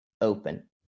open